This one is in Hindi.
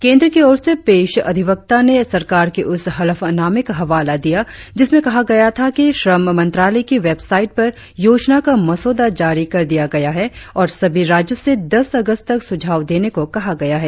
केंद्र की ओर से पेश अधिवक्ता ने सरकार के उस हलफनामे का हवाला दिया जिसमें कहा गया था कि श्रम मंत्रालय की वेबसाइट पर योजना का मसौदा जारी कर दिया गया है और सभी राज्यों से दस अगस्त तक सुझाव देने को कहा गया है